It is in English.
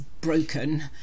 broken